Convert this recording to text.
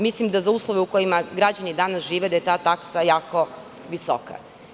Mislim da, za uslove u kojima građani danas žive, je ta taksa jako visoka.